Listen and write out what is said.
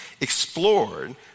explored